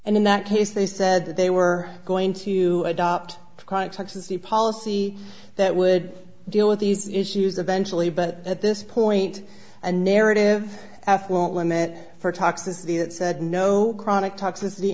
and in that case they said that they were going to adopt the context as the policy that would deal with these issues eventual a but at this point a narrative f won't limit for toxicity that said no chronic toxicity